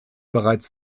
bereits